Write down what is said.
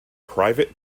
private